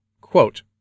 Quote